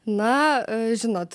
na žinot